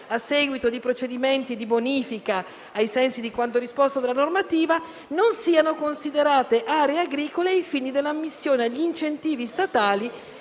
a seguito di procedimenti di bonifica, ai sensi di quanto disposto dalla normativa, non siano considerate agricole, ai fini dell'ammissione agli incentivi statali